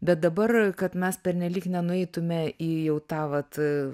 bet dabar kad mes pernelyg nenueitume į jau tą vat